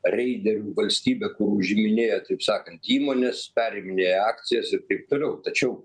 reiderių valstybė kur užiminėja taip sakant įmones perėminėja akcijos ir taip toliau tačiau